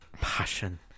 passion